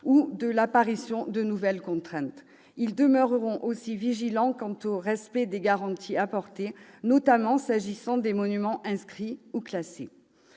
et de l'apparition de nouvelles contraintes. Ils demeureront également vigilants sur le respect des garanties apportées, notamment s'agissant des monuments inscrits ou classés.